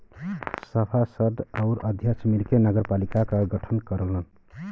सभासद आउर अध्यक्ष मिलके नगरपालिका क गठन करलन